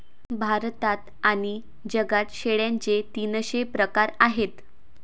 भारतात आणि जगात शेळ्यांचे तीनशे प्रकार आहेत